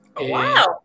Wow